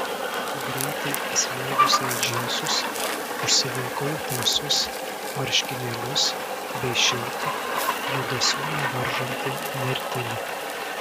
greitai įsliuogusi į džinsus užsivilkau tamsius marškinėlius bei šiltą judesių nevaržantį nertinį